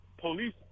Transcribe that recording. Police